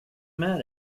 med